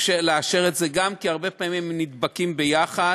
לאשר את זה גם, כי הרבה פעמים הם נדבקים יחד.